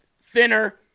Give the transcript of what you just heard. thinner